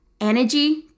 energy